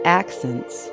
accents